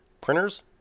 printers